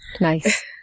Nice